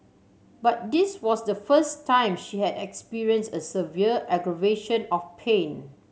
but this was the first time she had experience a severe aggravation of pain